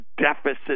deficit